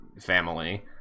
family